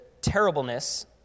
terribleness